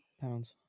Pounds